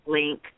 link